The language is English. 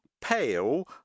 pale